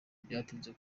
byatinze